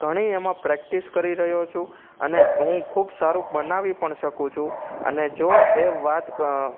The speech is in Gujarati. ઘણી એમાં પ્રેક્ટિસ કરી રહ્યો છું અને હું ખૂબ સારું બનાવી પણ શકું છું અને જોએ વાત ક